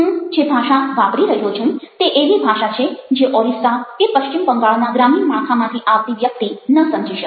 હું જે ભાષા વાપરી રહ્યો છું તે એવી ભાષા છે જે ઓરિસ્સા કે પશ્ચિમ બંગાળના ગ્રામીણ માળખામાંથી આવતી વ્યક્તિ ન સમજી શકે